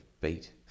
beat